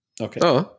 Okay